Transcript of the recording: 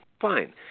fine